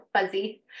Fuzzy